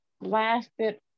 lasted